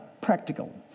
practical